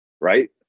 right